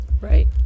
Right